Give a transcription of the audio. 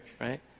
right